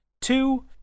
Two